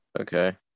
okay